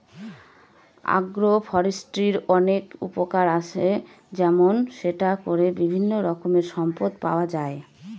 আগ্র ফরেষ্ট্রীর অনেক উপকার আসে যেমন সেটা করে বিভিন্ন রকমের সম্পদ পাওয়া যায়